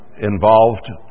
involved